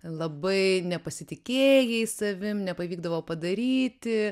labai nepasitikėjai savim nepavykdavo padaryti